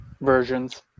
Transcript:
versions